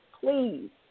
please